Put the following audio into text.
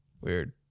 Weird